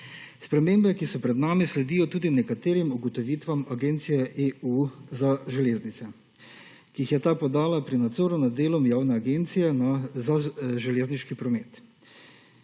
Spremembe, ki so pred nami, sledijo tudi nekaterim ugotovitvam Agencije EU za železnice, ki jih je ta podala pri nadzoru nad delom Javne agencije za železniški promet.